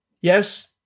Yes